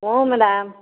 ಹ್ಞೂ ಮೇಡಮ್